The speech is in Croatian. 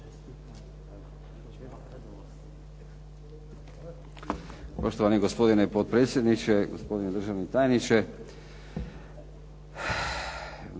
Poštovani gospodine potpredsjedniče, gospodine državni tajniče.